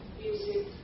music